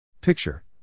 Picture